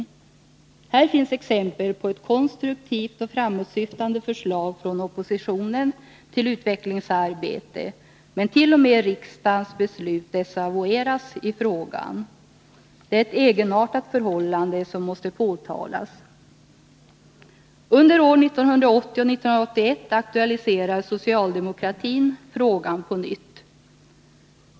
Här finns exempel på ett konstruktivt och framåtsyftande förslag från oppositionen till utvecklingsarbete, men t.o.m. riksdagens beslut desavoueras i frågan. Det är ett egenartat förhållande som måste påtalas. Under år 1980 och 1981 aktualiserar socialdemokratin frågan på nytt.